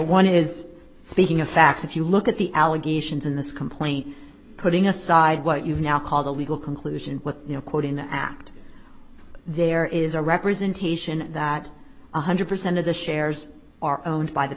one is speaking of facts if you look at the allegations in this complaint putting aside what you've now called a legal conclusion what you know quote in the act there is a representation that one hundred percent of the shares are owned by the